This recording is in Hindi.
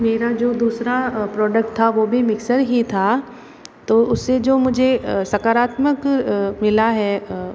मेरा जो दूसरा प्रोडक्ट था वो भी मिक्सर ही था तो उससे जो मुझे सकारात्मक मिला है